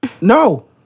no